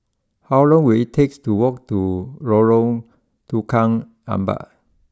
how long will it take to walk to Lorong Tukang Empat